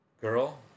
Girl